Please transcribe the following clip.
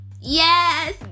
yes